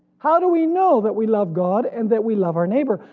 how do we know that we love god and that we love our neighbor?